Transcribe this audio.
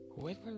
whoever